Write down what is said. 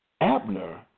Abner